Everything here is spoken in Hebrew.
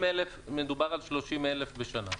מדובר על 30 אלף בשנה.